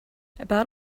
about